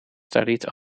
studied